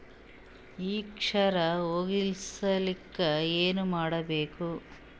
ಈ ಕ್ಷಾರ ಹೋಗಸಲಿಕ್ಕ ಏನ ಮಾಡಬೇಕು?